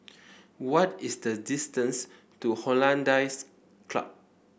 what is the distance to Hollandse Club